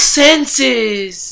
senses